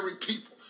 people